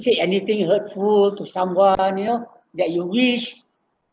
say anything hurtful to someone you know that you wish